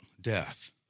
death